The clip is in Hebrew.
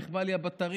נכבה לי הטלפון.